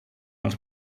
els